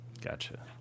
Gotcha